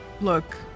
look